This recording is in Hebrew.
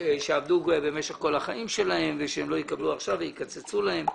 שעבדו במשך כל החיים שלהם ועכשיו הם לא יקבלו ויקצצו להם.